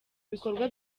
ibikorwa